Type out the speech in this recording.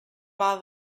while